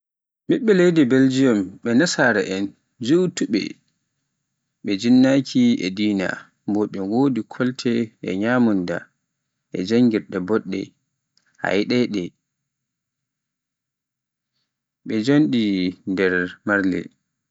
ɓiɓɓe leydi Belejium, ɓe Masara'en, jutuɓe, ɓe jinnaki e dina, bo ɓe wodi kolte e nyamunda e janngirde boɗɗe a yiɗai ɗe, ɓe njoɗe nder marle.